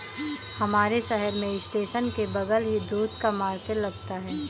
हमारे शहर में स्टेशन के बगल ही दूध का मार्केट लगता है